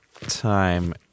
time